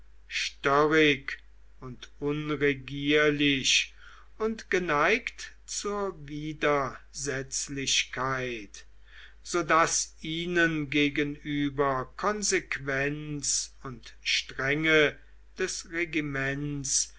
störrig und unregierlich und geneigt zur widersetzlichkeit so daß ihnen gegenüber konsequenz und strenge des regiments